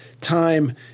time